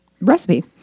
recipe